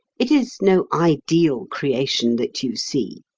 it is no ideal creation that you see.